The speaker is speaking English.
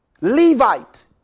Levite